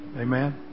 Amen